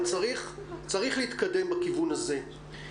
אבל צריך להתקדם בכיוון הזה.